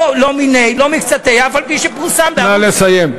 לא מיניה, לא מקצתיה, אף-על-פי שפורסם, נא לסיים.